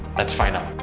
let's find out.